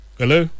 Hello